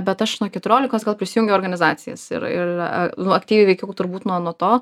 bet aš nuo keturiolikos gal prisijungiau organizacijas ir ir aaa nu aktyviai veikiau turbūt nuo nuo to